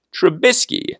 Trubisky